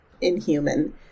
inhuman